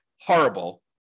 horrible